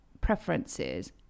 preferences